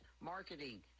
marketing